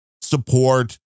support